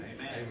Amen